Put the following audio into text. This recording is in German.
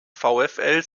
vfl